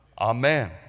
Amen